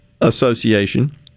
Association